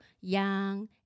young